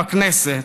בכנסת,